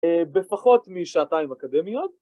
‫בפחות משעתיים אקדמיות.